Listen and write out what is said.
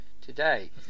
today